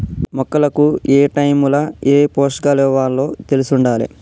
మొక్కలకు ఏటైముల ఏ పోషకాలివ్వాలో తెలిశుండాలే